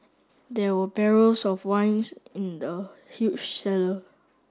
there were barrels of wines in the huge cellar